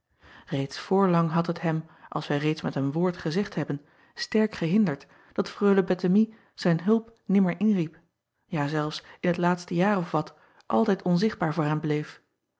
eeds voorlang had het hem als wij reeds met een woord gezegd hebben sterk gehinderd dat reule ettemie zijn hulp nimmer inriep ja zelfs in t laatste jaar of wat altijd onzichtbaar voor hem bleef